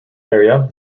area